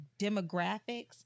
demographics